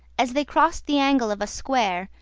as they crossed the angle of a square,